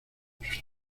sus